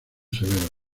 severo